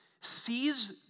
sees